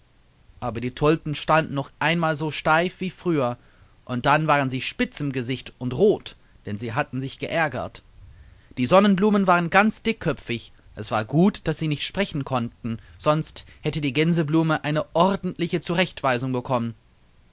aber die tulpen standen noch einmal so steif wie früher und dann waren sie spitz im gesicht und rot denn sie hatten sich geärgert die sonnenblumen waren ganz dickköpfig es war gut daß sie nicht sprechen konnten sonst hätte die gänseblume eine ordentliche zurechtweisung bekommen